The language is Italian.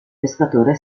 pescatore